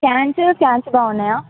fans fans బాగున్నాయా